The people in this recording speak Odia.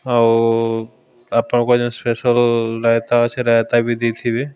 ଆଉ ଆପଣଙ୍କ ଯେଉଁ ସ୍ପେଶାଲ୍ ରାଇତା ଅଛି ରାଇତା ବି ଦେଇଥିବେ